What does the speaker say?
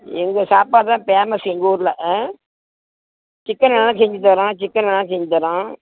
எங்கள் சாப்பாடு தான் ஃபேமஸ் எங்கள் ஊரில் ஆ சிக்கனெல்லாம் செஞ்சுத் தர்றோம் சிக்கனெல்லாம் செஞ்சுத் தர்றோம்